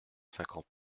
cinquante